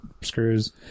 screws